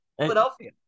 Philadelphia